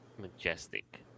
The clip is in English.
majestic